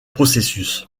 processus